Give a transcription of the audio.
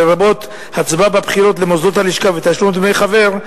לרבות הצבעה בבחירות למוסדות הלשכה ותשלום דמי חבר,